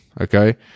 Okay